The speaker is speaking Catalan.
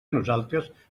nosaltres